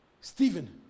Stephen